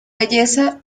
belleza